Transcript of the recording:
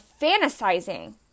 fantasizing